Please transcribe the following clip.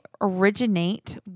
originate